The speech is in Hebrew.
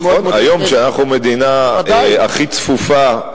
היות שאנחנו המדינה הכי צפופה,